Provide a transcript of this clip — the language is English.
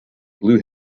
blue